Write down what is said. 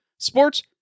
Sports